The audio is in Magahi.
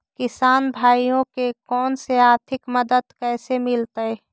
किसान भाइयोके कोन से आर्थिक मदत कैसे मीलतय?